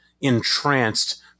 entranced